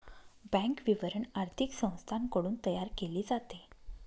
bank विवरण आर्थिक संस्थांकडून तयार केले जाते